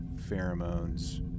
pheromones